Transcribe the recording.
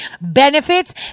benefits